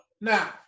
now